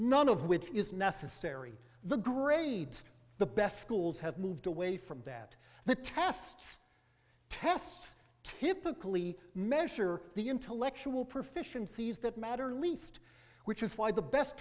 none of which is necessary the grades the best schools have moved away from that the tests tests typically measure the intellectual proficiency is that matter least which is why the best